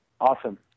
Awesome